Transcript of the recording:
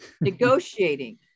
Negotiating